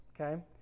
okay